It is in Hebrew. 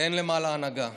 ואין למעלה הנהגה.